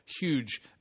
huge